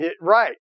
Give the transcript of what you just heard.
Right